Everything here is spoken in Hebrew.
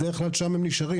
בדרך כלל שם הם נשארים.